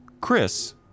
Chris